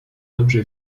dobrze